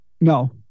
No